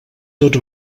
tots